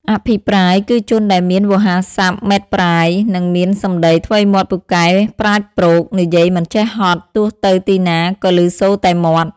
អភិប្រាយ គឺជនដែលមានវោហារសព្ទម៉េតប្រាយ និងមានសម្ដីថ្វីមាត់ពូកែប្រាជ្ញប្រោក និយាយមិនចេះហត់ ទោះទៅទីណាក៏ឮសូរតែមាត់ ។